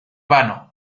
vano